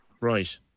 Right